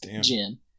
Jim